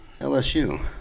LSU